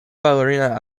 ballerina